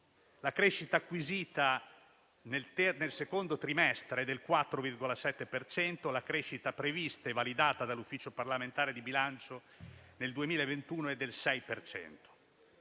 La crescita acquisita nel secondo trimestre è del 4,7 per cento, la crescita prevista e validata dall'Ufficio parlamentare di bilancio nel 2021 è del 6